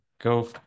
go